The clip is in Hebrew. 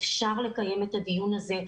אפשר לקיים את הדיון הזה.